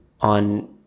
on